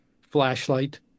flashlight